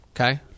Okay